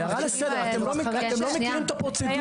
הערה לסדר אתם לא מכירים את הפרוצדורה.